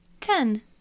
Ten